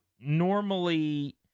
normally